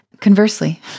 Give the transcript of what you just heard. Conversely